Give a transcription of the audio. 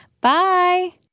Bye